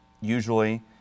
usually